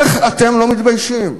איך אתם לא מתביישים?